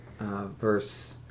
verse